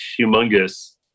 humongous